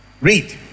read